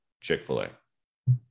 Chick-fil-A